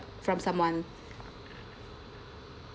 from someone